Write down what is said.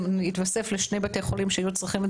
זה התווסף לשני בתי חולים שהיו צריכים את